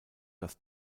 das